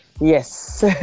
Yes